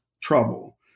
trouble